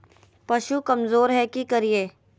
पशु कमज़ोर है कि करिये?